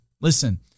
Listen